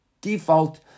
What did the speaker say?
default